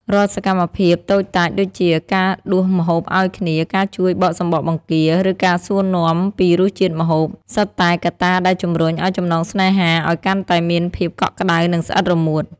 រាល់សកម្មភាពតូចតាចដូចជា ការដួសម្ហូបឱ្យគ្នា ការជួយបកសំបកបង្គា ឬការសួរនាំពីរសជាតិម្ហូប សុទ្ធតែកត្តាដែលជម្រុញឱ្យចំណងស្នេហាឱ្យកាន់តែមានភាពកក់ក្ដៅ និងស្អិតរមួត។